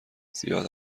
زیاد